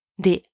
des